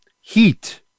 heat